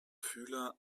fühler